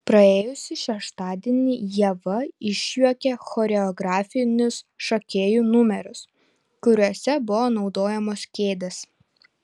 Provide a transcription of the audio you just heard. praėjusį šeštadienį ieva išjuokė choreografinius šokėjų numerius kuriuose buvo naudojamos kėdės